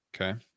Okay